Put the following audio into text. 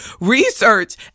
research